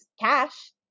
cash